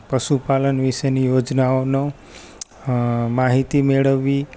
પશુપાલન વિશેની યોજનાઓનો માહિતી મેળવવી